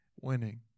winning